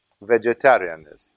vegetarianism